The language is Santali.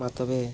ᱢᱟ ᱛᱚᱵᱮ